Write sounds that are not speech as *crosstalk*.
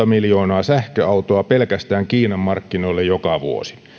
*unintelligible* miljoonaa sähköautoa pelkästään kiinan markkinoille joka vuosi